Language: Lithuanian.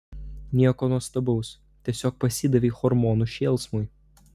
nieko nuostabaus tiesiog pasidavei hormonų šėlsmui